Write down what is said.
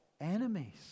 enemies